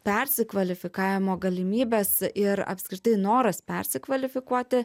persikvalifikavimo galimybės ir apskritai noras persikvalifikuoti